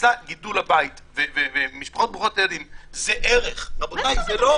שאצלה גידול הבית זה ערך --- מה זאת אומרת?